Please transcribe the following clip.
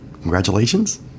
congratulations